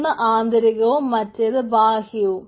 ഒന്ന് അന്തരീകവും മറ്റൊന്ന് ബാഹ്യവും